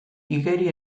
igeri